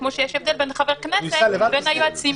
כמו שיש הבדל בין חבר כנסת לבין היועצים